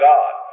God